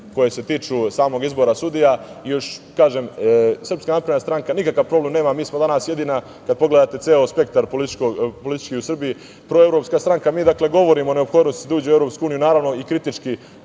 koje se tiču samog izbora sudija. Srpska napredna stranka nikakav problem nema, mi smo danas jedina, kada pogledate ceo spektar politički u Srbiji, proevropska stranka. Dakle, mi govorimo o neophodnosti da se uđe u EU, ali naravno i kritički